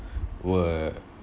were